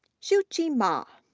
shuqi ma,